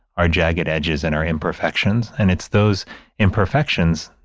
our jagged edges and our imperfections. and it's those imperfections,